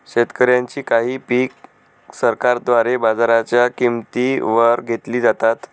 शेतकऱ्यांची काही पिक सरकारद्वारे बाजाराच्या किंमती वर घेतली जातात